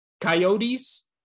Coyotes